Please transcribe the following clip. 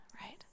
Right